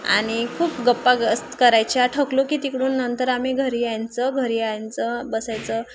आणि खूप गप्पा असं करायच्या थकलो की तिकडून नंतर आम्ही घरी यायचं घरी यायचं बसायचं